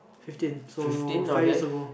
fifteen so five years ago